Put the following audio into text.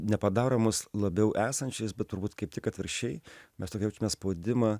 nepadaro mus labiau esančiais bet turbūt kaip tik atvirkščiai mes tokį jaučiame spaudimą